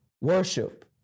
worship